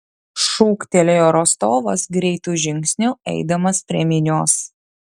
šūktelėjo rostovas greitu žingsniu eidamas prie minios